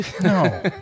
No